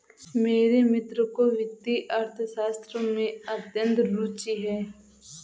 मेरे मित्र को वित्तीय अर्थशास्त्र में अत्यंत रूचि है